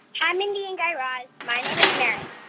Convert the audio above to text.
hi, mindy and guy raz. my name is marin,